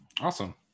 Awesome